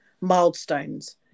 milestones